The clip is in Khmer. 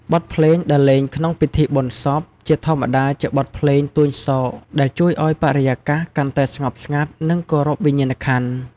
បទភ្លេងដែលលេងក្នុងពិធីបុណ្យសព ជាធម្មតាជាបទភ្លេងទួញសោក ដែលជួយឱ្យបរិយាកាសកាន់តែស្ងប់ស្ងាត់ និងគោរពវិញ្ញាណក្ខន្ធ។